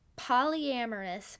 polyamorous